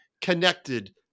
connected